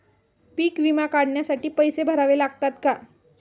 पीक विमा काढण्यासाठी पैसे भरावे लागतात का?